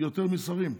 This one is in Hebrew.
יותר משרים.